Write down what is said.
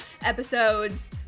episodes